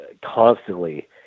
constantly